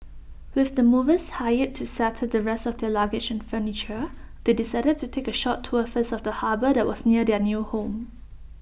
with the movers hired to settle the rest of their luggage and furniture they decided to take A short tour first of the harbour that was near their new home